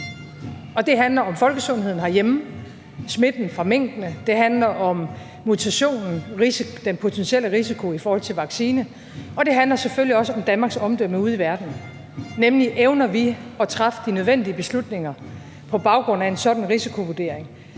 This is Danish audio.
det handler om folkesundheden herhjemme; om smitten fra minkene; om mutationen; om den potentielle risiko i forhold til vaccine. Og det handler selvfølgelig også om Danmarks omdømme ude i verden, nemlig: Evner vi at træffe de nødvendige beslutninger på baggrund af en sådan risikovurdering,